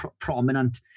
prominent